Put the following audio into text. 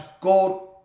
gold